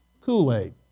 Kool-Aid